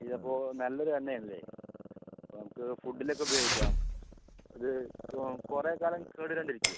ഇത് അപ്പോൾ നല്ലൊര് എണ്ണ അല്ലേ അപ്പ നമക്ക് ഫുഡിൽ ഒക്കെ ഉപയോഗിക്കാവോ ഇത് കുറേ കാലം കേട് വരാതെ ഇരിക്കുമോ